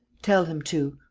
tell him to.